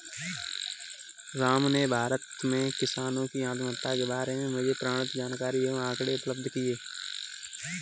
राम ने भारत में किसानों की आत्महत्या के बारे में मुझे प्रमाणित जानकारी एवं आंकड़े उपलब्ध किये